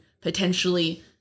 potentially